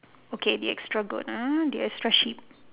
okay the extra goat ah the extra sheep